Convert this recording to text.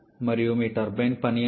మరియు మీ టర్బైన్ పని ఎంత